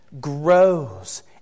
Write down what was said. grows